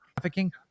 trafficking